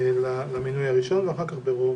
למינוי הראשון ואחר כך ברוב.